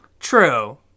True